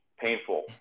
painful